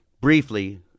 Briefly